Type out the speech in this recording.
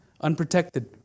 unprotected